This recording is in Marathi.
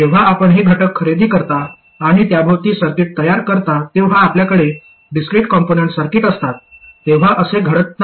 जेव्हा आपण हे घटक खरेदी करता आणि त्याभोवती सर्किट तयार करता तेव्हा आपल्याकडे डिस्क्रिट कंपोनंट सर्किट असतात तेव्हा असे घडत नाही